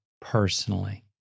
personally